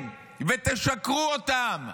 ותשקרו אותם,